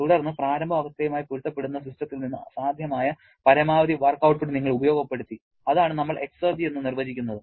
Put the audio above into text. തുടർന്ന് പ്രാരംഭ അവസ്ഥയുമായി പൊരുത്തപ്പെടുന്ന സിസ്റ്റത്തിൽ നിന്ന് സാധ്യമായ പരമാവധി വർക്ക് ഔട്ട്പുട്ട് നിങ്ങൾ ഉപയോഗപ്പെടുത്തി അതാണ് നമ്മൾ എക്സർജി എന്ന് നിർവചിക്കുന്നത്